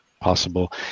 possible